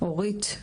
אורית,